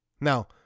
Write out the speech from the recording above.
Now